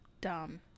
dumb